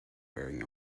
wearing